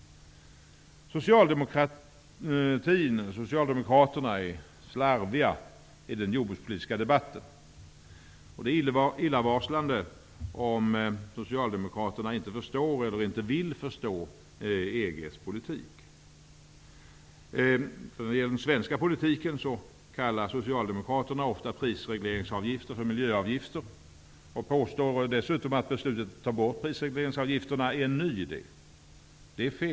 Socialdemokraterna är slarviga i den jordbrukspolitiska debatten. Det är illavarslande om socialdemokraterna inte förstår eller inte vill förstå EG:s politik. Vad gäller den svenska politiken kallar socialdemokraterna ofta prisregleringsavgifter för miljöavgifter och påstår dessutom att beslutet att ta bort prisregleringsavgifterna är en ny idé. Det är fel.